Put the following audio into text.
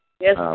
Yes